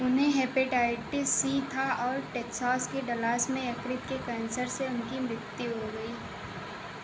उन्हें hepatitis C था और टेक्सास के डलास में यकृत के कैन्सर से उनकी मृत्यु हो गई